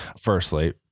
Firstly